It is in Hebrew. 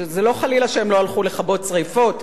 זה לא חלילה שהם לא הלכו לכבות שרפות,